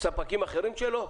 ספקים אחרים שלו.